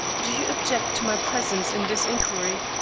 do you object to my presence in this inquiry?